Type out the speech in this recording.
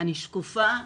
אני שקופה,